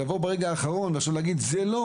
אז לבוא ברגע האחרון ולומר זה לא